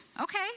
Okay